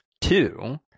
Two